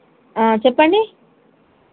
చెప్పండి